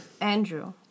Andrew